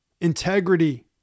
Integrity